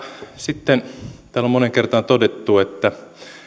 sitten täällä on moneen kertaan todettu että